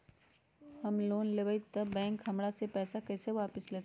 हम लोन लेलेबाई तब बैंक हमरा से पैसा कइसे वापिस लेतई?